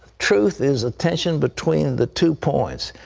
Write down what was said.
truth is a tension between the two points.